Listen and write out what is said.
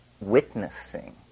witnessing